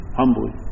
humbly